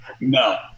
No